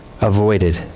avoided